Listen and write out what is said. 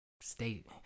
state